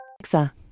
Alexa